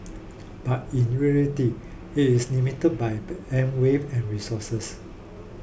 but in reality it is limited by bandwidth and resources